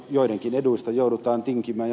joidenkin eduista joudutaan tinkimään